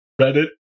Reddit